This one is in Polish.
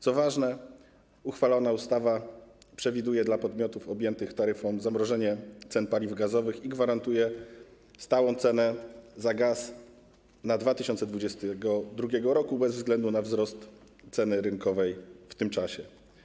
Co ważne, uchwalona ustawa przewiduje dla podmiotów objętych taryfą zamrożenie cen paliw gazowych i gwarantuje stałą cenę gazu na 2022 r. bez względu na wzrost ceny rynkowej w tym czasie.